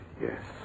Yes